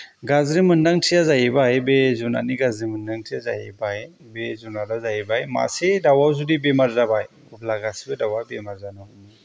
गाज्रि मोनदांथिया जाहैबाय बे जुनारनि गाज्रि मोनदांथिया जाहैबाय बे जुनारा जाहैबाय मासे दावआव जुदि बेमार जाबाय अब्ला गासैबो दावा बेमार जानो हमो